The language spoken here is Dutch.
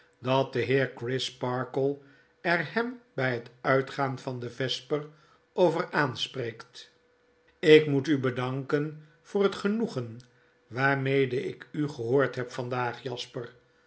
dat de heer crisparkle er hem by net uitgaan van de vesper over aanspreekt ik moet u bedanken voor het genoegen waarmede ik u gehoord heb vandaag jasper